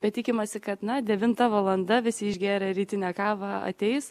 bet tikimasi kad na devinta valanda visi išgėrę rytinę kavą ateis